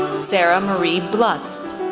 sarah marie blust,